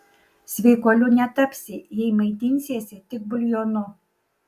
sveikuoliu netapsi jei maitinsiesi tik buljonu